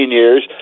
years